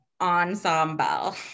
Ensemble